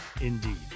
Indeed